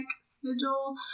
sigil